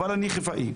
אני חיפאי.